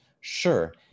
Sure